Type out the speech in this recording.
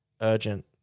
urgent